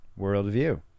worldview